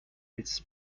its